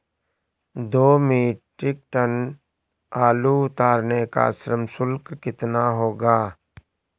दो metric tonne आलू उतारने का श्रम शुल्क कितना होगा?